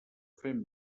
fent